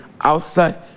outside